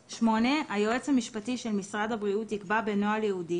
"8.(א)היועץ המשפטי של משרד הבריאות יקבע בנוהל ייעודי,